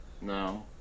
No